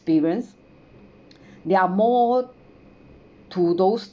experience they are more to those